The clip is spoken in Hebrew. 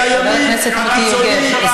זה לא הרשימה הערבית,